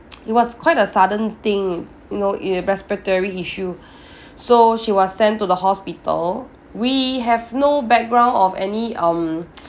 it was quite a sudden thing y~ know a respiratory issue so she was sent to the hospital we have no background of any um